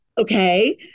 okay